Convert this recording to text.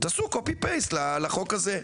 תעשו קופי פייסט לחוק הזה,